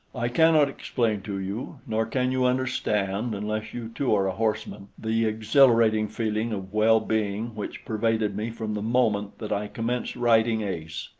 i cannot explain to you, nor can you understand, unless you too are a horseman, the exhilarating feeling of well-being which pervaded me from the moment that i commenced riding ace.